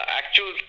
actual